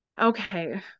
Okay